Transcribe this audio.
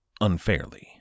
unfairly